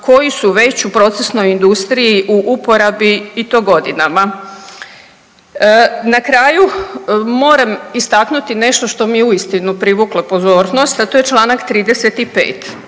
koji su već u procesnoj industriji u porabi i to godinama. Na kraju moram istaknuti nešto što mi je uistinu privuklo pozornost, a to je članak 35.